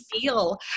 feel